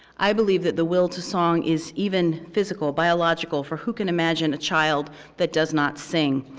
i believe that the will to song is even physical, biological, for who can imagine a child that does not sing,